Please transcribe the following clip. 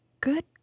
Good